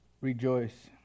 Rejoice